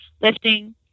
lifting